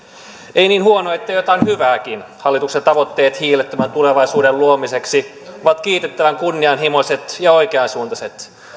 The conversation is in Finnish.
ei niin huonoa ettei jotain hyvääkin hallituksen tavoitteet hiilettömän tulevaisuuden luomiseksi ovat kiitettävän kunnianhimoiset ja oikeansuuntaiset